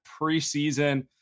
preseason